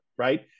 Right